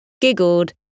giggled